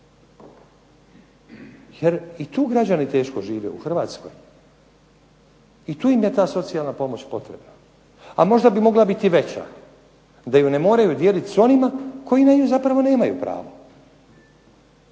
jer i tu građani teško žive u Hrvatskoj, i tu im je ta socijalna pomoć potrebna. A možda bi mogla biti veća da ju ne moraju dijeliti s onima koji na nju zapravo nemaju pravo,